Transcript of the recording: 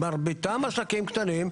מרביתם עסקים קטנים,